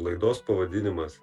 laidos pavadinimas